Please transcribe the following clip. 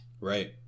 Right